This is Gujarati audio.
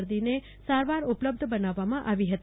દરદીને સારવાર ઉપલબ્ધ બનાવવામાં આ વી ફતી